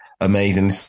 amazing